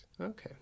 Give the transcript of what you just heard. Okay